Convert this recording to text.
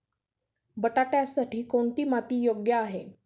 बटाट्यासाठी कोणती माती योग्य आहे?